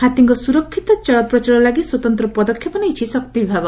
ହାତୀଙ୍ଙ ସୁରକ୍ଷିତ ଚଳପ୍ରଚଳ ଲାଗି ସ୍ୱତନ୍ତ ପଦକ୍ଷେପ ନେଇଛି ଶକ୍ତି ବିଭାଗ